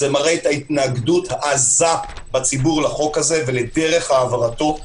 זה מראה את ההתנגדות העזה בציבור לחוק הזה ולדרך העברתו.